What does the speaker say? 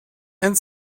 and